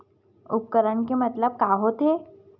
उपकरण के मतलब का होथे?